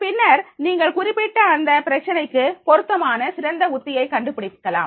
பின்னர் நீங்கள் அந்த குறிப்பிட்ட பிரச்சனைக்கு பொருத்தமான சிறந்த உத்தியை கண்டுபிடிக்கலாம்